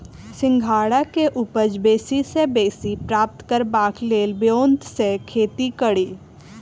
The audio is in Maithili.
सिंघाड़ा केँ उपज बेसी सऽ बेसी प्राप्त करबाक लेल केँ ब्योंत सऽ खेती कड़ी?